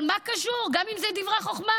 אבל מה קשור, גם אם זה דברי חוכמה?